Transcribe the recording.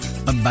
Bye